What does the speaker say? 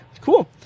Cool